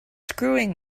screwing